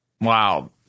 Wow